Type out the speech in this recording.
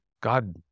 God